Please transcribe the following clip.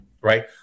Right